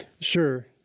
Sure